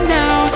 now